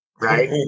right